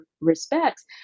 respects